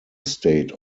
state